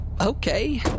okay